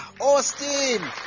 Austin